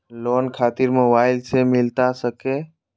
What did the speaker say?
Loan खातिर mobile से मिलता सके?